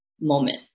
moment